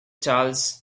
charles